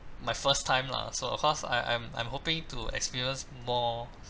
my first time lah so of course I I'm I'm hoping to experience more